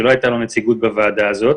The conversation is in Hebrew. שלא הייתה לו נציגות בוועדה הזאת,